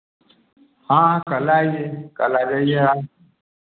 हाँ हाँ कल आईए कल आ जाईए आप